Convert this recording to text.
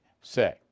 say